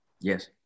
Yes